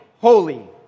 holy